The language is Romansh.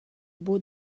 buca